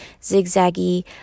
zigzaggy